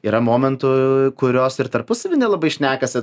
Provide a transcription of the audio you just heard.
yra momentų kurios ir tarpusavy nelabai šnekasi